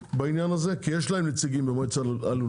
האוצר בעניין הזה כי יש להם נציגים במועצת הלול,